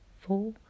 four